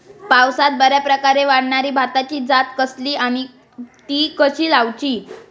पावसात बऱ्याप्रकारे वाढणारी भाताची जात कसली आणि ती कशी लाऊची?